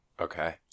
Okay